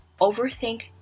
overthink